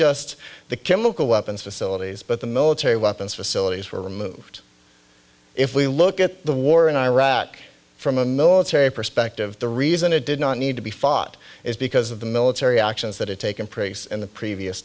just the chemical weapons facilities but the military weapons facilities were removed if we look at the war in iraq from a military perspective the reason it did not need to be fought is because of the military actions that had taken place in the previous